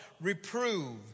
Reprove